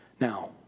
Now